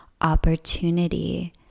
opportunity